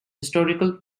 historical